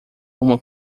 uma